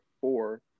four